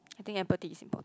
I think empathy is important